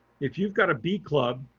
if you've got a bee club,